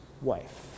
wife